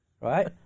Right